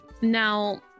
Now